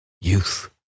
Youth